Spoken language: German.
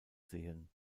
sehen